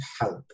help